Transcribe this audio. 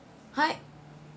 hi